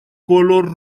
color